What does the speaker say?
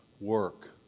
work